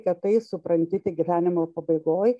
kad tai supranti tik gyvenimo pabaigoj